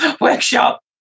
workshop